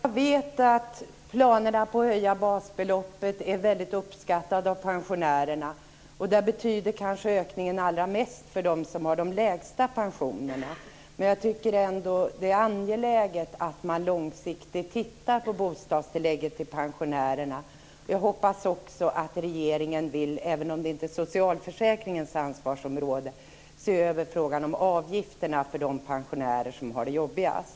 Fru talman! Jag vet att planerna på att höja basbeloppet är väldigt uppskattade av pensionärerna. Ökningen kanske betyder allra mest för dem som har de lägsta pensionerna. Men jag tycker ändå att det är angeläget att man långsiktigt tittar på bostadstillägget till pensionärerna. Jag hoppas också att regeringen, även om det inte är socialförsäkringens område, vill se över frågan om avgifterna för de pensionärer som har det jobbigast.